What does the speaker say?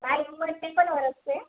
હા એવું હશે તો